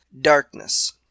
Darkness